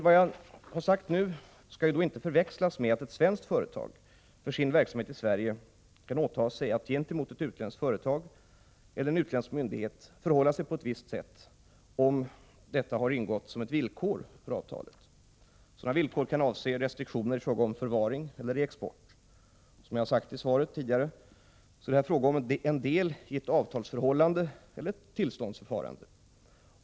Vad jag nu har sagt skall inte förväxlas med det fallet att ett svenskt företag för sin verksamhet i Sverige kan åta sig att gentemot ett utländskt företag eller en utländsk myndighet förhålla sig på ett visst sätt, om detta har ingått som ett villkor för avtalet. Sådana villkor kan avse restriktioner i fråga om förvaring eller reexport. Som jag har sagt i svaret, är det här fråga om en del i ett avtalsförhållande eller tillståndsförfarande.